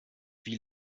wie